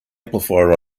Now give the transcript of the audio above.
amplifier